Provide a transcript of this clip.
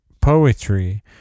poetry